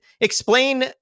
explain